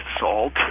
salt